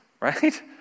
right